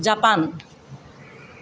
Japan